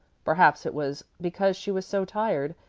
perhaps it was because she was so tired.